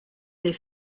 des